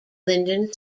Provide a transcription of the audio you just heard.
lyndon